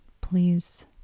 please